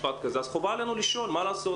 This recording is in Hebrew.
חובה עלינו לשאול, מה לעשות?